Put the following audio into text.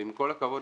עם כל הכבוד